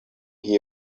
here